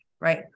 Right